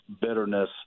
bitterness